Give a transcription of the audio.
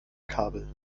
kabel